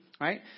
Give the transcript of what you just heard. right